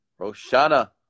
Roshana